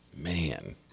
Man